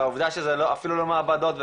והעובדה שזה אפילו לא נעשה במעבדות,